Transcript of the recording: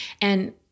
And-